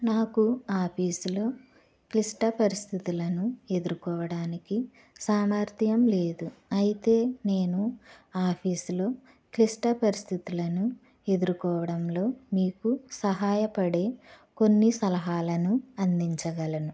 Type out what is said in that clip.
నాకు ఆఫీసులో క్లిష్ట పరిస్థితులను ఎదుర్కోవడానికి సామర్ధ్యం లేదు ఐతే నేను ఆఫీసులో క్లిష్ట పరిస్థితులను ఎదుర్కోవడంలో మీకు సహాయ పడే కొన్ని సలహాలను అందించగలను